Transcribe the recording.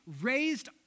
raised